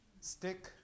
Stick